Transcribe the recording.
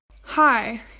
Hi